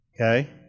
okay